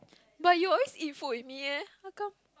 but you always eat food with me eh how come